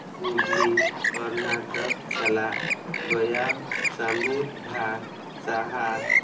ᱦᱩᱜᱽᱞᱤ ᱠᱚᱨᱱᱟᱴᱚᱠ ᱥᱟᱞᱟᱜ ᱜᱚᱭᱟᱣ ᱥᱟᱹᱢᱩᱫ ᱜᱷᱟᱴ ᱥᱟᱦᱟᱨ